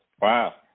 Wow